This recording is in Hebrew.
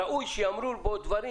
ראוי שייאמרו בו דברים,